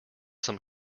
some